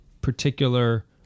particular